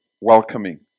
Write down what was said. welcoming